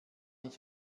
ich